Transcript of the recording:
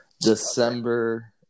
December